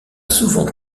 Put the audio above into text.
souvent